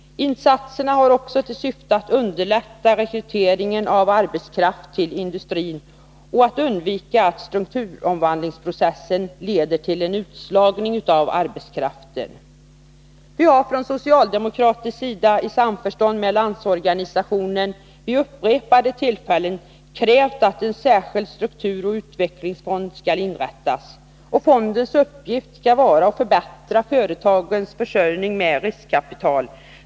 Insatserna har också till syfte att underlätta rekryteringen av arbetskraft till industrin och att undvika att strukturomvandlingsprocessen leder till en utslagning av arbetskraft. Vi har ifrån socialdemokratisk sida i samförstånd med Landsorganisationen vid upprepade tillfällen krävt att en särskild strukturoch utvecklingsfond skall inrättas. Fondens uppgift skall vara att förbättra företagens försörjning med riskkapital.